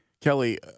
Kelly